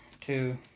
two